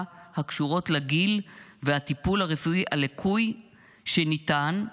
הקשורות לגיל ולטיפול הרפואי הלקוי שניתן,